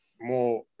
more